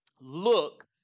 look